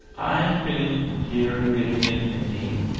i have been in here giving it a name.